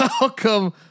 welcome